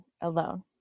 alone